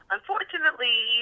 Unfortunately